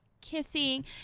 kissing